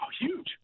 huge